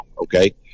okay